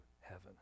heaven